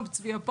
צביה,